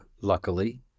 Luckily